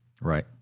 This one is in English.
Right